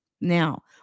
Now